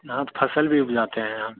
हाँ तो फ़सल भी उपजाते हैं हम